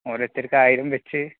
ഓരോത്തർക്ക് ആയിരം വെച്ച്